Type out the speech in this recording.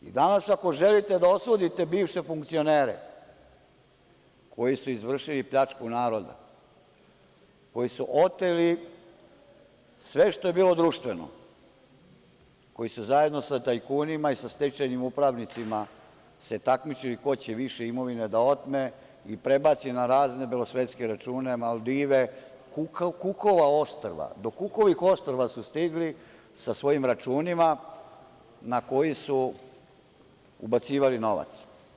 Danas ako želite da osudite bivše funkcionere koji su izvršili pljačku naroda, koji su oteli sve što je bilo društveno, koji su zajedno sa tajkunima i sa stečajnim upravnicima se takmičili ko će više imovine da otme i prebaci na razne belosvetske račune, Maldive, do Kukovih ostrva su stigli sa svojim računima na kojima su ubacivali novac.